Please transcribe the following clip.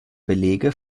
belege